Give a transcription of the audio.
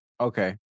Okay